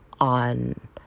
on